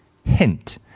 Hint